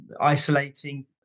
isolating